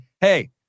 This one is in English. Hey